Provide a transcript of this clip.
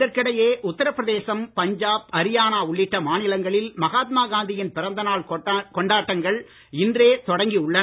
இதற்கிடையே உத்தரபிரதேசம் பஞ்சாப் அரியானா உள்ளிட்ட மாநிலங்களில் மகாத்மாகாந்தியின் பிறந்தநாள் கொண்டாட்டங்கள் இன்றே தொடங்கி உள்ளன